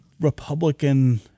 Republican